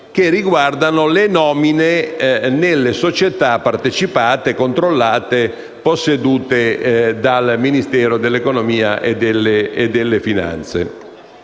che riguardano le nomine nelle società partecipate, controllate, possedute dal Ministero dell'economia e delle finanze.